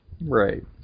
Right